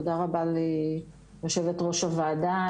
תודה רבה ליושבת ראש הוועדה,